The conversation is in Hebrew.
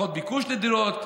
פחות ביקוש לדירות.